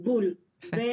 בול.